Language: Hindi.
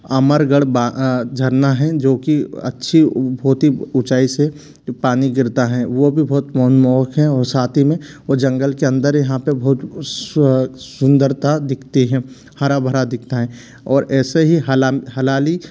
अमरगड़ झरना है जोकि अच्छी बहुत ही ऊँचाई से पानी गिरता है वो भी बहुत मनमोहक है और साथ ही में वो जंगल के अंदर यहाँ पे बहुत स्व सुंदरता दिखती है हरा भरा दिखता है और ऐसे ही हलाली